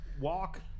walk